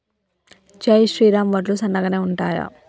జై శ్రీరామ్ వడ్లు సన్నగనె ఉంటయా?